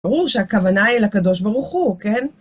ברור שהכוונה היא לקדוש ברוך הוא, כן?